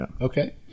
okay